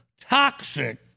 toxic